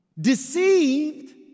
Deceived